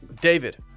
David